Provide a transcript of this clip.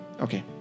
Okay